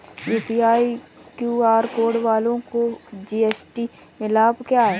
UPI QR code वालों को GST में लाभ क्या है?